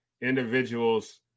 individuals